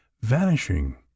vanishing